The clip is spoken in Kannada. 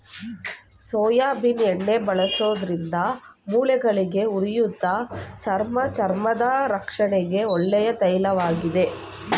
ಸೋಯಾಬೀನ್ ಎಣ್ಣೆ ಬಳಸುವುದರಿಂದ ಮೂಳೆಗಳಿಗೆ, ಉರಿಯೂತ, ಚರ್ಮ ಚರ್ಮದ ರಕ್ಷಣೆಗೆ ಒಳ್ಳೆಯ ತೈಲವಾಗಿದೆ